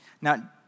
Now